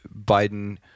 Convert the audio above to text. Biden